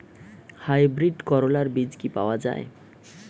Hybrid করলার বীজ কি পাওয়া যায়?